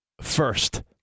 first